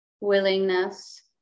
willingness